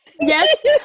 Yes